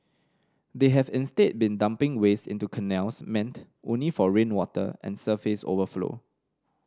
they have instead been dumping waste into canals meant only for rainwater and surface overflow